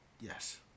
Yes